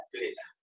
Please